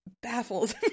Baffles